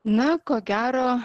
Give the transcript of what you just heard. na ko gero